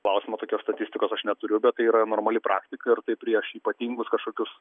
klausimo tokios statistikos aš neturiu bet tai yra normali praktika ir tai prieš ypatingus kažkokius